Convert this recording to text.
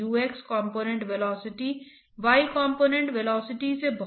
यह x component velocity है और v y कॉम्पोनेन्ट वेलोसिटी है